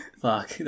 fuck